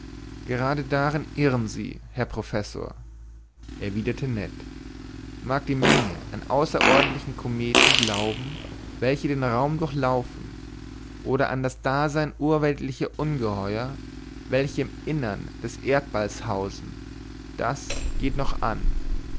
gerade irren sie herr professor erwiderte ned mag die menge an außerordentliche kometen glauben welche den raum durchlaufen oder an das dasein urweltlicher ungeheuer welche im innern des erdballs hausen das geht noch an